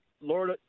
lord